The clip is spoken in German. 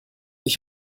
ich